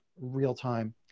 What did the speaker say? real-time